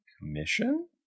Commission